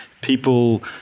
people